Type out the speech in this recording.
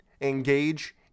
engage